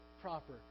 proper